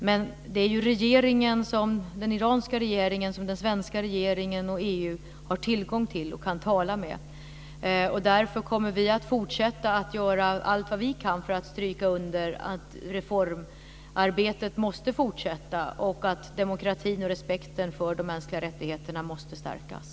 Men det är ju den iranska regeringen som den svenska regeringen och EU har tillgång till och kan tala med, och därför kommer vi att fortsätta att göra allt vad vi kan för att stryka under att reformarbetet måste fortsätta och att demokratin och respekten för de mänskliga rättigheterna måste stärkas.